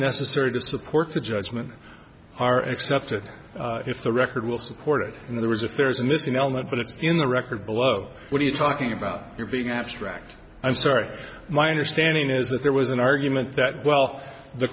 necessary to support the judgment are accepted if the record will support it and there was if there is a missing element but it's in the record below what are you talking about your being abstract i'm sorry my understanding is that there was an argument that well the